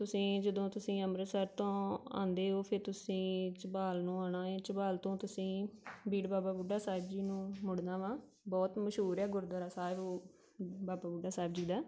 ਤੁਸੀਂ ਜਦੋਂ ਤੁਸੀਂ ਅੰਮ੍ਰਿਤਸਰ ਤੋਂ ਆਉਂਦੇ ਹੋ ਫਿਰ ਤੁਸੀਂ ਝਬਾਲ ਨੂੰ ਆਉਣਾ ਹੈ ਝਬਾਲ ਤੋਂ ਤੁਸੀਂ ਬੀੜ ਬਾਬਾ ਬੁੱਢਾ ਸਾਹਿਬ ਜੀ ਨੂੰ ਮੁੜਨਾ ਵਾ ਬਹੁਤ ਮਸ਼ਹੂਰ ਆ ਗੁਰਦੁਆਰਾ ਸਾਹਿਬ ਉਹ ਬਾਬਾ ਬੁੱਢਾ ਸਾਹਿਬ ਜੀ ਦਾ